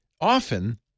often